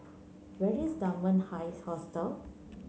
where is Dunman High Hostel